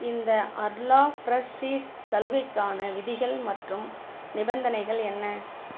இந்த Arla freshies சலுகைக்கான விதிகள் மற்றும் நிபந்தனைகள் என்ன